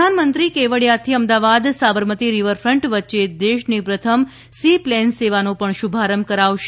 પ્રધાનમંત્રી કેવડિયાથી અમદાવાદ સાબરમતી રીવરફન્ટ વચ્ચે દેશની પ્રથમ સી પ્લેન સેવાનો પણ શ઼ભારંભ કરાવશે